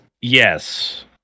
Yes